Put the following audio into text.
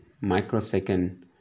microsecond